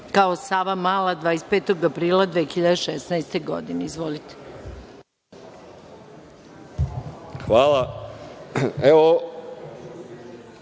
kao Savamala, 25. aprila 2016. godine. Izvolite. **Marko